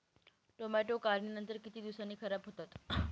Tomato काढणीनंतर किती दिवसांनी खराब होतात?